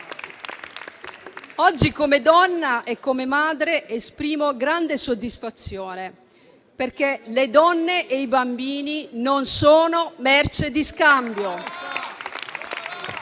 Oggi, come donna e come madre, esprimo grande soddisfazione, perché le donne e i bambini non sono merce di scambio